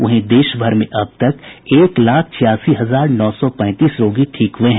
वहीं देश भर में अब तक एक लाख छियासी हजार नौ सौ पैंतीस रोगी ठीक हुए हैं